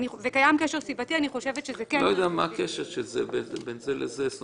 וקיים קשר סיבתי אני חושבת --- לא יודע מה הקשר בין זה לזה אבל